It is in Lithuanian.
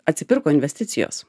atsipirko investicijos